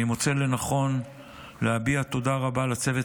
אני מוצא לנכון להביע תודה רבה לצוות